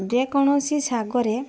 ଯେ କୌଣସି ଶାଗ ରେ